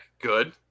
good